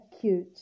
cute